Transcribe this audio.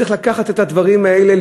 צריך לקחת את הדברים האלה,